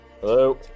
Hello